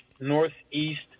Northeast